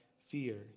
fear